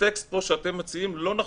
הטקסט שאתם מציעים פה לא נכון.